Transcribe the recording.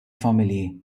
familji